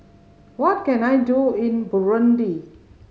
what can I do in Burundi